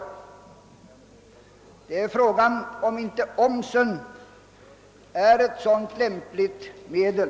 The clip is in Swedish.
Fråga är, om inte omsen är ett lämpligt konjunkturstimulerande resp. konjunkturdämpande medel.